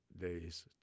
days